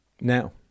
Now